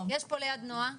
אבל פה לפחות אתם בחברה תומכת.